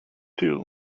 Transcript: too